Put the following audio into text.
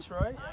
right